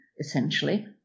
essentially